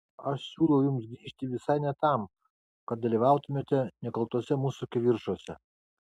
aš siūlau jums grįžti visai ne tam kad dalyvautumėte nekaltuose mūsų kivirčuose